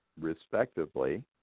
respectively